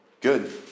Good